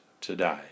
today